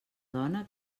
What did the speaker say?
dona